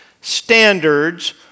standards